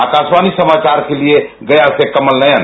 आकाशवाणी समाचार के लिए गया से कमल नयन